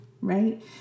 right